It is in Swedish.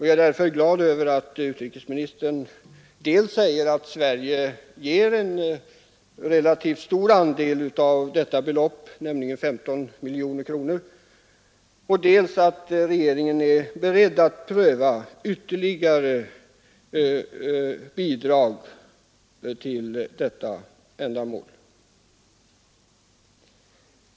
Jag är glad över att utrikesministern säger dels att Sverige ger en relativt stor andel av dessa belopp, nämligen 15 miljoner kronor, och dels att regeringen är beredd att pröva ytterligare bidrag till detta ändamål.